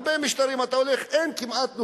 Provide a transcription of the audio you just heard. הרבה משטרים במדינות שאתה הולך,